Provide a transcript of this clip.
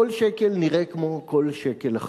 כל שקל נראה כמו כל שקל אחר,